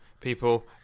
people